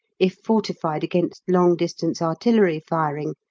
if fortified against long-distance artillery firing,